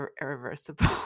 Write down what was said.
irreversible